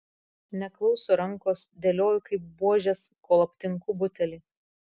neklauso rankos dėlioju kaip buožes kol aptinku butelį